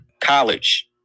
College